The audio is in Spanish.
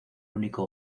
único